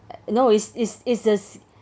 you know is is is this